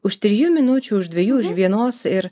už trijų minučių už dviejų už vienos ir